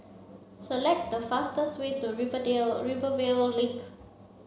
select the fastest way to Rivervale Link